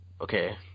Okay